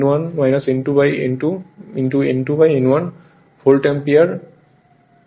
অতএব যা হবে তা N1 N2N2 N2N1 volt ampere auto